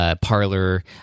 parlor